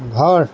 ঘৰ